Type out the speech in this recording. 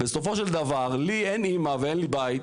בסופו של דבר לי אין אמא ואין לי אבא,